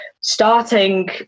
starting